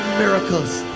miracles.